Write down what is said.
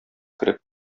кереп